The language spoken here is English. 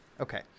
Okay